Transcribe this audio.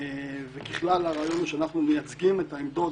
וככלל הרעיון הוא שאנחנו מייצגים את העמדות,